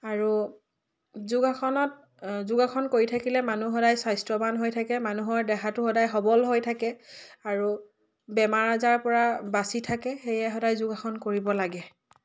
আৰু যোগাসনত যোগাসন কৰি থাকিলে মানুহ সদায় স্বাস্থ্যৱান হৈ থাকে মানুহৰ দেহাটো সদায় সবল হৈ থাকে আৰু বেমাৰ আজাৰ পৰা বাচি থাকে সেয়ে সদায় যোগাসন কৰিব লাগে